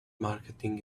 marketing